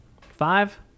Five